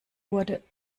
wurde